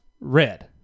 red